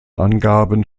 angaben